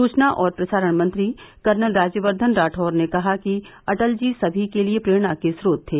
सूचना और प्रसारण मंत्री कर्नल राज्यवर्द्धन राठौड़ ने कहा कि अटल जी सभी के लिए प्रेरणा के स्रोत थे